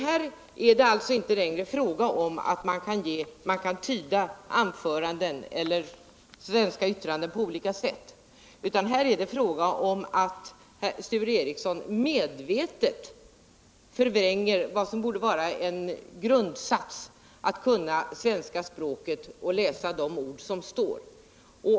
Här är det alltså inte längre fråga om att man kan tyda svenska yttranden på olika sätt, utan här är det fråga om att Sture Ericson medvetet förvränger vad som borde vara en grundsats: man bör kunna svenska språket och läsa de ord som står.